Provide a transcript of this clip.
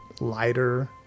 lighter